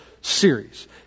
series